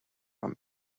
from